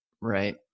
right